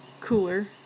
cooler